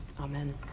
Amen